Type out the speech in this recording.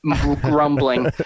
grumbling